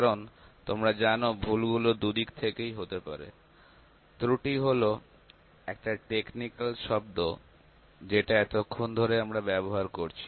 কারণ তোমরা জানো ভুলগুলো দুদিক থেকেই হতে পারে ত্রুটি হল একটা টেকনিক্যাল শব্দ যেটা এতক্ষণ ধরে আমরা ব্যবহার করছি